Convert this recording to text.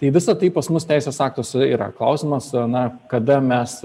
tai visa tai pas mus teisės aktuose yra klausimas na kada mes